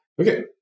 Okay